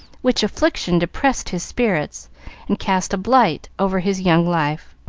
which affliction depressed his spirits and cast a blight over his young life.